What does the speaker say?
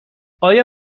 آیا